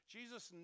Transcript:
Jesus